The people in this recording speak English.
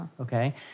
Okay